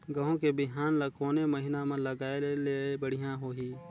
गहूं के बिहान ल कोने महीना म लगाय ले बढ़िया होही?